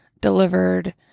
delivered